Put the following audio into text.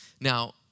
Now